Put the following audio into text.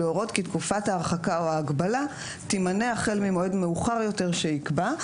להורות כי תקופת ההרחקה או ההגבלה תימנה החל ממועד מאוחר יותר שיקבע,